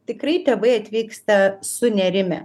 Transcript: tikrai tėvai atvyksta sunerimę